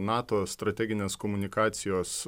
nato strateginės komunikacijos